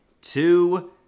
two